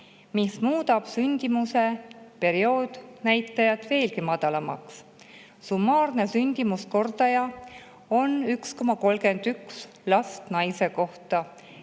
mis muudab sündimuse perioodnäitajat veelgi madalamaks. Summaarne sündimuskordaja on 1,31 last naise kohta.